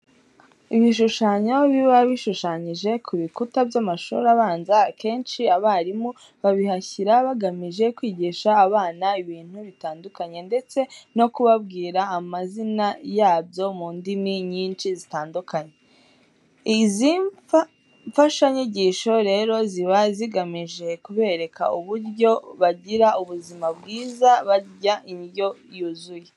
Ibishushanyo biba bishushanyije ku bikuta by'amashuri abanza akenshi abarimu babihashyira bagamije kwigisha abana ibintu bitandukanye ndetse no kubabwira amazina yabyo mu ndimi nyinshi zitandukanye. Izi mfashanyigisho rero ziba zigamije kubereka uburyo bagira ubuzima bwiza barya indyo yuzuye.